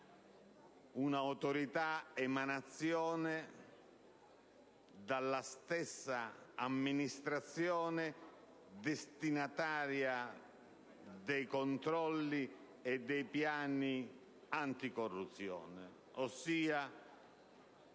un'autorità emanazione della stessa amministrazione destinataria dei controlli e dei piani anticorruzione, ossia